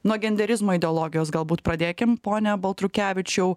nuo genderizmo ideologijos galbūt pradėkim pone baltrukevičiau